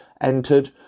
entered